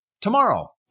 tomorrow